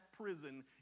prison